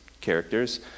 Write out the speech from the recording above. characters